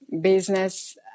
Business